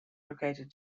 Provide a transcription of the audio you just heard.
located